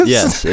Yes